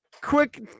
Quick